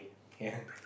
ya